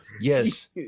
Yes